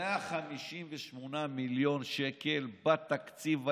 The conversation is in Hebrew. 158 מיליון שקל בתקציב הייחודי.